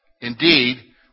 Indeed